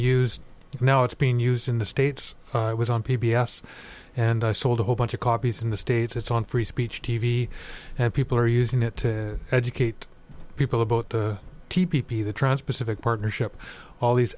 used now it's been used in the states it was on p b s and i sold a whole bunch of copies in the states it's on free speech t v and people are using it to educate people about the t p p the transpacific partnership all these